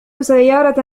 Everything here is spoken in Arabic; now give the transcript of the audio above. سيارة